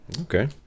Okay